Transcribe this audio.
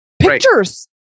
pictures